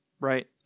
right